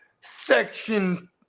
section